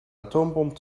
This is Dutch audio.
atoombom